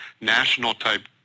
national-type